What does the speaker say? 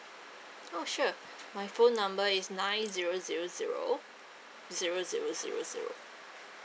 oh sure my phone number is nine zero zero zero zero zero zero zero